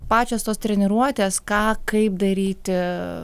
pačios tos treniruotės ką kaip daryti